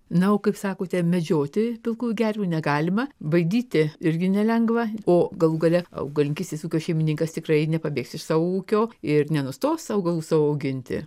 na o kaip sakote medžioti pilkųjų gervių negalima baidyti irgi nelengva o galų gale augalininkystės ūkio šeimininkas tikrai nepabėgs iš savo ūkio ir nenustos augalų savo auginti